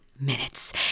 Minutes